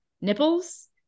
nipples